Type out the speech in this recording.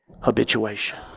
habituation